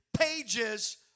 pages